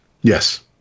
Yes